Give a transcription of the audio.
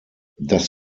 das